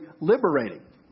liberating